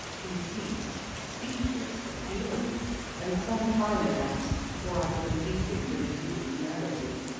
he ceased, speechless for fury and some time elapsed before i could induce him to resume his narrative.